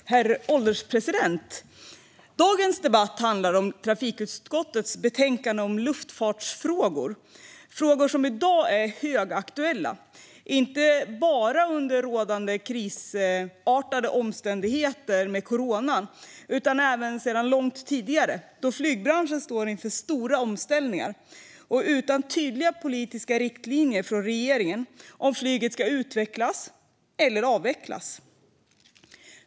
Herr ålderspresident! Dagens debatt handlar om trafikutskottets betänkande om luftfartsfrågor. Det är frågor som är högaktuella. De är inte bara aktuella under rådande krisartade omständigheter med coronan, utan de har även varit aktuella sedan långt tidigare. Flygbranschen står inför stora omställningar, och det finns inte tydliga politiska riktlinjer från regeringen om huruvida flyget ska utvecklas eller avvecklas.